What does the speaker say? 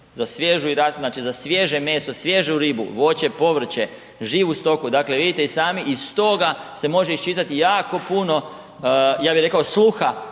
smo definirali za svježe meso, svježu ribu, voće, povrće, živu stoku dakle vidite i sami iz toga se može iščitati jako puno, ja bih rekao sluha